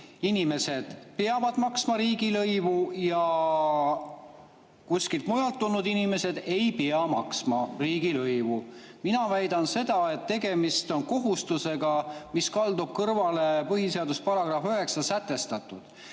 inimesed peavad maksma riigilõivu ja kuskilt mujalt tulnud inimesed ei pea maksma riigilõivu. Mina väidan seda, et tegemist on kohustusega, mis kaldub kõrvale põhiseaduse §‑s 9 sätestatust.